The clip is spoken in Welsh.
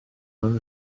mewn